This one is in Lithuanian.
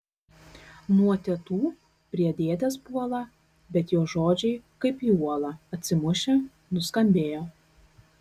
nuo tetų prie dėdės puola bet jo žodžiai kaip į uolą atsimušę nuskambėjo